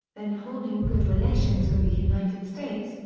then holding good relations with the united states,